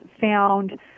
found